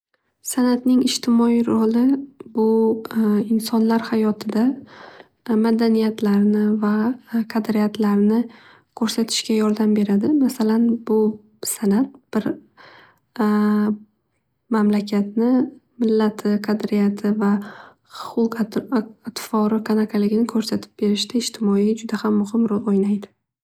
Sanatning ijtimoiy ro'li bu insonlar hayotida madaniyatlarni va qadriyatlarni ko'rsatishga yordam beradi. Masalan bu sanat bir bir mamlakatni millati qadriyati va xulq atvori qanaqaligini ko'rsatib berishda ijtimoiy juda ham muhim ro'l o'ynaydi.